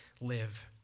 live